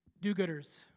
do-gooders